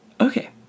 Okay